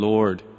Lord